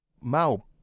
Mao